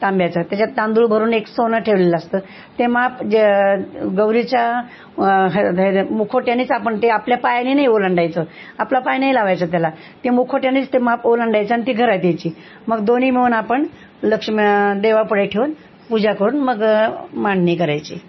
तांब्याचं त्याच्यात तांदूळ भरून एक सोनं ठेवलेलं असतं ते माप जे गौरीच्या ह हेच्या मुखवट्यानेच आपण ते आपल्या पायाने नाही ओलांडायचं आपला पाय नाही लावायचं त्याला ते मुखवट्यानेच ते माप ओलंंडायचं आणि ती घरात यायची मग दोन्ही मिळून आपण लक्ष्म्या देवापुढे ठेवून पूजा करून मग मांडणी करायची